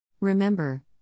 Remember